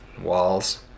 walls